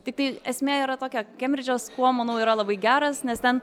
tiktai esmė yra tokia kembridžas kuo manau yra labai geras nes ten